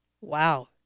Wow